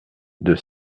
deux